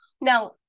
now